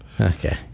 Okay